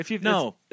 No